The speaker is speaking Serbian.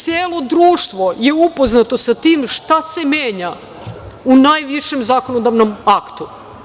Celo društvo je upoznato sa tim šta se menja u najvišem zakonodavnom aktu.